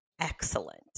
excellent